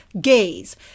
gays